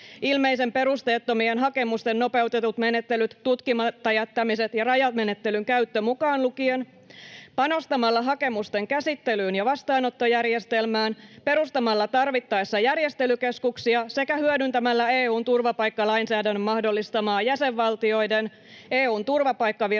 ilmeisen perusteettomien hakemusten nopeutetut menettelyt, tutkimatta jättämiset ja rajamenettelyn käyttö mukaan lukien — panostamalla hakemusten käsittelyyn ja vastaanottojärjestelmään, perustamalla tarvittaessa järjestelykeskuksia sekä hyödyntämällä EU:n turvapaikkalainsäädännön mahdollistamaa jäsenvaltioiden, EU:n turvapaikkaviraston